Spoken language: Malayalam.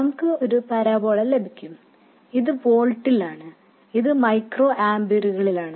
നമുക്ക് ഒരു പരാബോള ലഭിക്കും ഇത് വോൾട്ടിലാണ് ഇത് മൈക്രോ ആമ്പിയറുകളിലാണ്